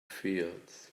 fields